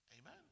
Amen